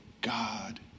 God